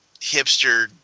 hipster